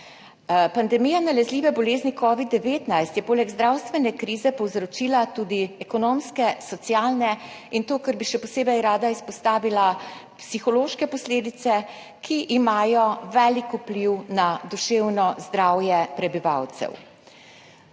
(nadaljevanje) bolezni covid-19 je poleg zdravstvene krize povzročila tudi ekonomske, socialne in to, kar bi še posebej rada izpostavila, psihološke posledice, ki imajo velik vpliv na duševno zdravje prebivalcev.